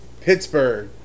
Pittsburgh